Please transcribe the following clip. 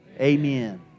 Amen